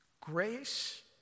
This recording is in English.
Grace